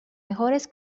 mejores